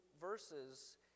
verses